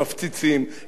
אצלנו עוזרים.